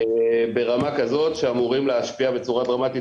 ברמה כזאת שאמורים להשפיע בצורה דרמטית.